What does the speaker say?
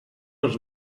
els